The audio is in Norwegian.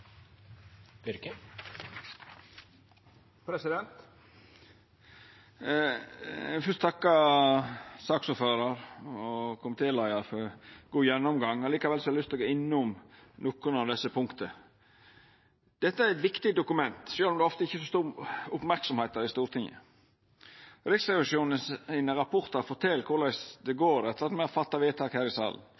Eg vil fyrst takka saksordføraren og komitéleiaren for ein god gjennomgang. Eg har likevel lyst til å gå innom nokre av desse punkta. Dette er eit viktig dokument, sjølv om det ofte ikkje får så stor merksemd i Stortinget. Rapportane til Riksrevisjonen fortel korleis det går etter at me har fatta vedtak her i salen.